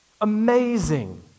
Amazing